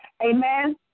Amen